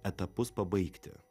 etapus pabaigti